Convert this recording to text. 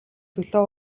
төлөө